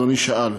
אדוני שאל,